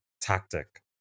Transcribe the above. tactic